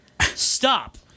Stop